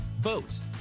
boats